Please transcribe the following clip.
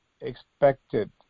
expected